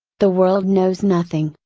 the world knows nothing,